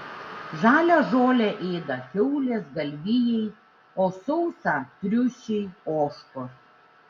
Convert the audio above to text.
žalią žolę ėda kiaulės galvijai o sausą triušiai ožkos